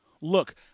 look